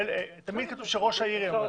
תמיד כתוב שראש העיר ממנה.